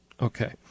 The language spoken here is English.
Okay